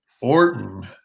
Orton